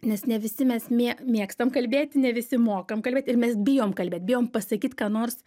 nes ne visi mes mė mėgstam kalbėt ne visi mokam kalbėt ir mes bijom kalbėt bijom pasakyt ką nors